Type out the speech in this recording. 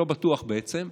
לא בטוח בעצם,